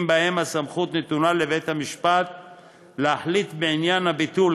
שבהם הסמכות נתונה לבית-המשפט להחליט בעניין הביטול,